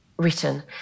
written